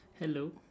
hello